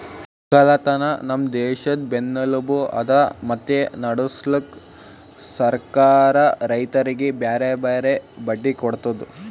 ಒಕ್ಕಲತನ ನಮ್ ದೇಶದ್ ಬೆನ್ನೆಲುಬು ಅದಾ ಮತ್ತೆ ನಡುಸ್ಲುಕ್ ಸರ್ಕಾರ ರೈತರಿಗಿ ಬ್ಯಾರೆ ಬ್ಯಾರೆ ಬಡ್ಡಿ ಕೊಡ್ತುದ್